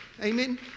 Amen